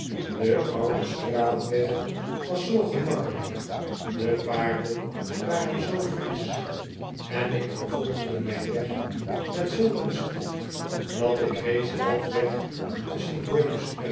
de oude straatweg was zoo gemakkelijk de paarden waren zoo frisch en ik vervolgde mijn weg met zulk een spoed dat ik reeds halfweg